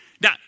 Now